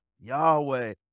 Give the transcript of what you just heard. Yahweh